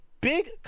big